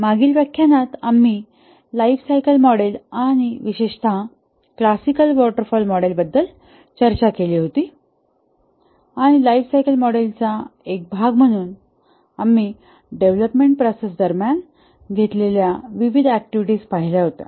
मागील व्याख्यानात आम्ही लाइफ सायकल मॉडेल आणि विशेषत क्लासिकल वॉटर फॉल मॉडेल बद्दल चर्चा केली आणि लाईफ सायकल मॉडेलचा एक भाग म्हणून आम्ही डेव्हलपमेंट प्रोसेस दरम्यान घेतलेल्या विविध ऍक्टिव्हिटीज पाहिल्या होत्या